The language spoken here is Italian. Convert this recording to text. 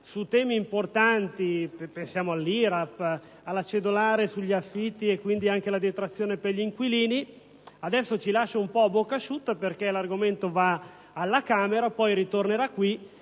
su temi importanti (pensiamo all'IRAP, alla cedolare sugli affitti e quindi anche alla detrazione per gli inquilini) adesso ci lascia un po' a bocca asciutta perché l'argomento sarà discusso alla Camera dei deputati